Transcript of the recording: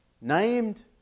named